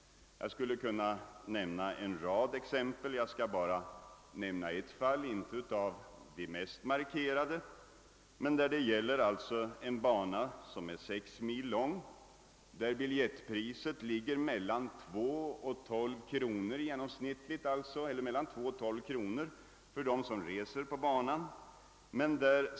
Jag skulle kunna ge en rad exempel. Jag skall dock bara nämna ett fall. Det är inte ett av de mest markanta. Det gäller en bana som är sex mil lång och där biljettpriset ligger mellan två och tolv kronor för dem som reser på banan.